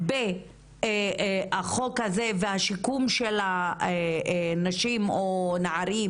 במסגרת החוק הזה והשיקום של הנשים או הנערים,